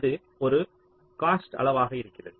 அது ஒரு காஸ்ட்டின் அளவாக இருக்கிறது